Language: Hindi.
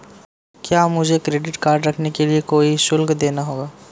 क्या मुझे क्रेडिट कार्ड रखने के लिए कोई शुल्क देना होगा?